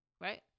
Right